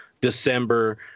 December